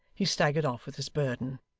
he staggered off with his burden.